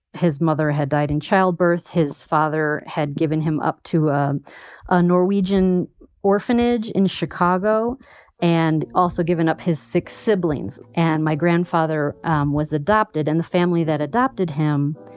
his mother had died in childbirth. his father had given him up to a norwegian orphanage in chicago and also given up his six siblings. and my grandfather um was adopted and the family that adopted him,